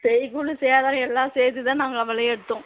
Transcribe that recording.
செய்கூலி சேதாரம் எல்லாம் சேர்த்துதான் நாங்கள் வளையயே எடுத்தோம்